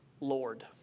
Lord